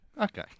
Okay